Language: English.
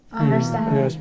understand